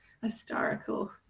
historical